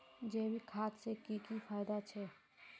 जैविक खाद से की की फायदा छे?